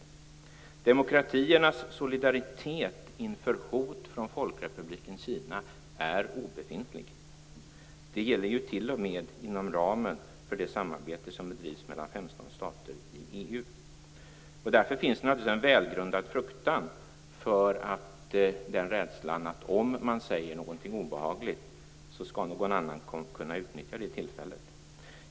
Demokratiernas solidaritet inför hot från Folkrepubliken Kina är obefintlig. Detta gäller t.o.m. inom ramen för det samarbete som bedrivs mellan staterna i EU. Därför finns det naturligtvis en välgrundad fruktan och rädsla för att om man säger någonting obehagligt skall någon annan kunna utnyttja det tillfället.